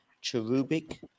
cherubic